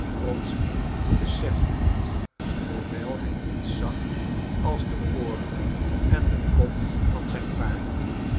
wronsky besefte dit hoewel hij niets zag als de ooren en den kop van zijn paard